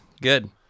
Good